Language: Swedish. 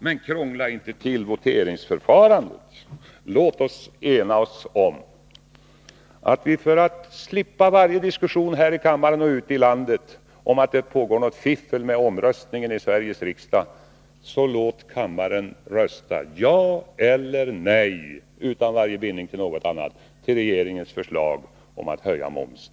Men krångla inte till voteringsförfarandet! Låt oss ena oss om att vi, för att slippa varje diskussion i kammaren och ute i landet om att det pågår något fiffel med omröstningen i Sveriges riksdag, låter riksdagen utan varje bindning rösta ja eller nej till regeringens förslag om att höja momsen!